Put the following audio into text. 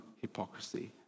hypocrisy